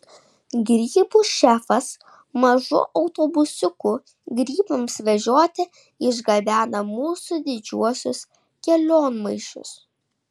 grybų šefas mažu autobusiuku grybams vežioti išgabena mūsų didžiuosius kelionmaišius